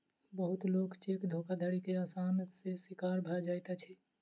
बहुत लोक चेक धोखाधड़ी के आसानी सॅ शिकार भ जाइत अछि